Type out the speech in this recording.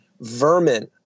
vermin